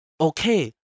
Okay